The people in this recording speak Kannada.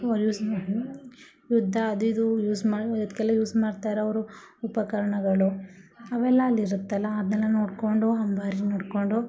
ಯುದ್ಧ ಅದು ಇದು ಯೂಸ್ ಮಾ ಅದಕ್ಕೆಲ್ಲ ಯೂಸ್ ಮಾಡ್ತಾರೆ ಅವರು ಉಪಕರಣಗಳು ಅವೆಲ್ಲ ಅಲ್ಲಿರುತ್ತಲ್ಲ ಅದನ್ನೆಲ್ಲ ನೋಡಿಕೊಂಡು ಅಂಬಾರಿ ನೋಡಿಕೊಂಡು